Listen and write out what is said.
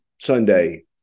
Sunday